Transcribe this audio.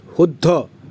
শুদ্ধ